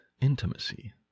intimacy